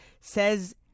says